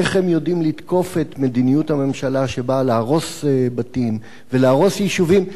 איך הם יודעים לתקוף את מדיניות הממשלה שבאה להרוס בתים ולהרוס יישובים,